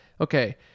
Okay